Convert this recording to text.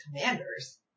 commanders